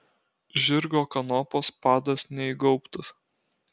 žirgo kanopos padas neįgaubtas